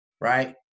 right